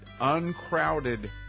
uncrowded